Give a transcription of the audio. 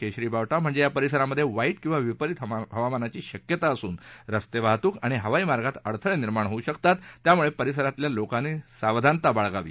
केशरी बावता म्हणजे या परिसरामधे वाईतकिंवा विपरीत हवामानाची शक्यता असून रस्ता वाहतूक आणि हवाई मार्गात अडथळे निर्माण होऊ शकतात त्यामुळे परिसरातल्या लोकांनी सर्तकता बाळगावी